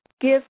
give